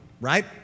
right